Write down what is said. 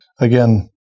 again